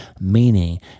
meaning